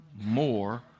more